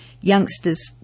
youngsters